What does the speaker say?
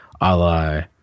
Ally